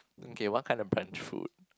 okay what kind of french food